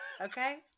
Okay